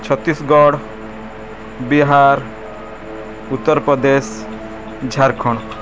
Chhattisgarh Bihar Uttar Pradesh Jharkhand